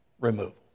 removal